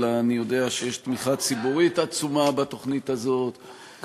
אלא אני יודע שיש תמיכה ציבורית עצומה בתוכנית הזאת,